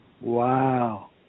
wow